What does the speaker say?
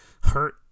hurt